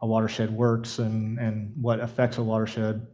a watershed works and and what affects a watershed